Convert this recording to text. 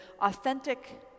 authentic